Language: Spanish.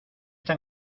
tan